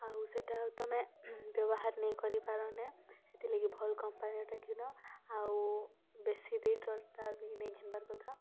ଆଉ ସେଇଟା ତୁମେ ବ୍ୟବହାର ନେଇଁ କରିପାର୍ନ୍ ହେଥିଲାଗି ଭଲ୍ କମ୍ପାନୀଟା ଘିନ ଆଉ ବେଶୀ ରେଟ୍ରଟା ବି ନେଇଁ ଘିନବାର୍ କଥା